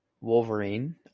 Wolverine